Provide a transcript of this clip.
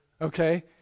okay